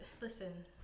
Listen